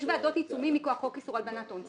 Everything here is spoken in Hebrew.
יש ועדות עיצומים מכוח חוק איסור הלבנת הון.